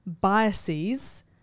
biases